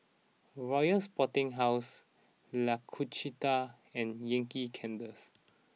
Royal Sporting House L'Occitane and Yankee Candles